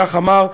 כך אמר,